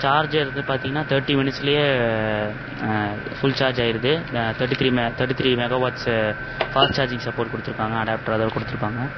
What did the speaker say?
charger இது பார்த்தீங்கன்னா thirty மினிட்ஸுலியே ஃபுல் சார்ஜ் ஆயிடுது த தேர்ட்டி த்ரீ மெ thirty three mega watts fast charging support கொடுத்துருக்காங்க அடாப்ட்டர் அதோட கொடுத்துருக்காங்க